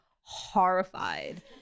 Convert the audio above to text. horrified